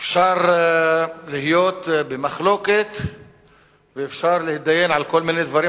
אפשר להיות במחלוקת ואפשר להידיין על כל מיני דברים,